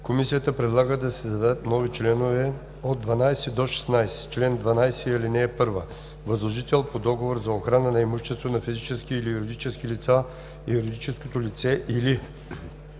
Комисията предлага да се създадат нови членове от 12 до 16: „Чл. 12. (1) Възложител по договор за охрана на имущество на физически или юридически лица е юридическото лице или